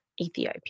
Ethiopia